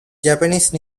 japanese